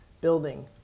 building